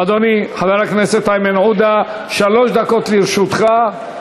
אדוני, חבר הכנסת איימן עודה, שלוש דקות לרשותך.